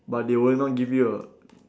but they would not give you a